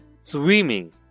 swimming